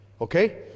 okay